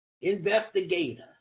investigator